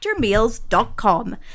factormeals.com